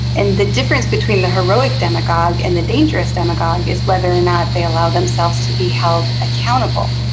and the difference between the heroic demagogue and the dangerous demagogue is whether or not they allow themselves to be held accountable.